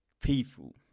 People